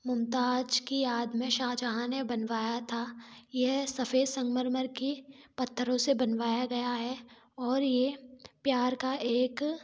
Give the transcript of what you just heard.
मुमताज की याद में शाहजहां ने बनवाया था यह सफेद संगमरमर की पत्थरों से बनवाया गया है और ये प्यार का एक